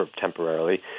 temporarily